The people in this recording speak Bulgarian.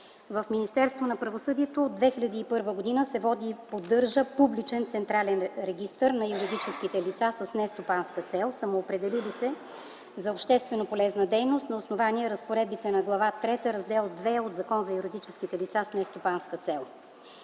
В Министерството на правосъдието от 2001 г. се води и поддържа Публичен централен регистър на юридическите лица с нестопанска цел, самоопределили се за обществено-полезна дейност, на основание разпоредбите на Глава трета, Раздел ІІ от Закона за юридическите лица с нестопанска цел